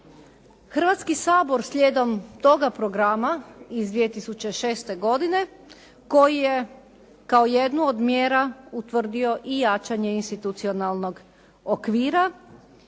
Hrvatski sabor slijedom toga programa iz 2006. godine koji je kao jednu od mjera utvrdio i jačanje institucionalnog okvira